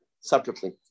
separately